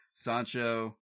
Sancho